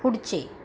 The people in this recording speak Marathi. पुढचे